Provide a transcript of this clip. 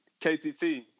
ktt